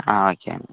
ആ ഓക്കെ എന്ന